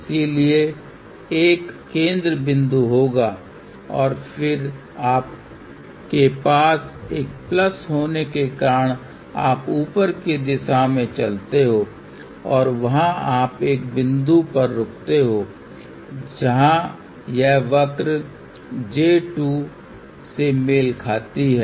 इसलिए 1 केंद्र बिंदु होगा और फिर आपके पास एक प्लस होने के कारण आप ऊपर की दिशा में चलते हो और वहां आप एक बिंदु पर रुकते हैं जहां यह वक्र j2 से मेल खाती है